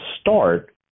start